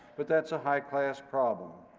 but that's a high-class problem.